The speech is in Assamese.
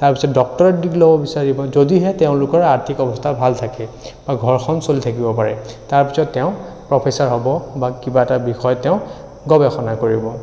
তাৰপিছত ডক্টৰেট ডিগ্ৰী ল'ব বিচাৰিব যদিহে তেওঁলোকৰ আৰ্থিক অৱস্থা ভাল থাকে বা ঘৰখন চলি থাকিব পাৰে তাৰপিছত তেওঁ প্ৰফেচাৰ হ'ব বা কিবা এটা বিষয়ত তেওঁ গৱেষণা কৰিব